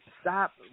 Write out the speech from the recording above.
stop